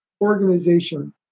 organization